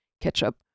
ketchup